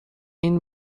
این